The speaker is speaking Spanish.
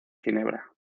ginebra